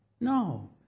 No